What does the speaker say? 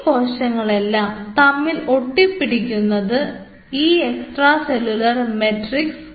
ഈ കോശങ്ങളെല്ലാം തമ്മിൽ ഒട്ടിപിടിക്കുന്നത് ഈ എക്സ്ട്രാ സെല്ലുലാർ മാട്രിക്സ് കാരണമാണ്